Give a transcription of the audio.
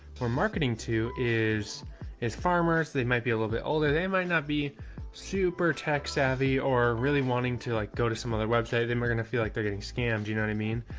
we're marketing too is as farmers, they might be a little bit older, they might not be super tech savvy or really wanting to like go to some other website, then we're going to feel like they're getting scammed. you know what i mean?